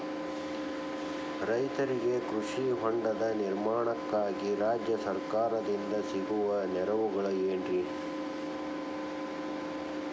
ರೈತರಿಗೆ ಕೃಷಿ ಹೊಂಡದ ನಿರ್ಮಾಣಕ್ಕಾಗಿ ರಾಜ್ಯ ಸರ್ಕಾರದಿಂದ ಸಿಗುವ ನೆರವುಗಳೇನ್ರಿ?